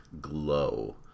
glow